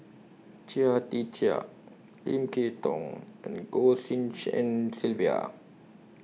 Chia Tee Chiak Lim Kay Tong and Goh Tshin En Sylvia